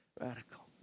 radical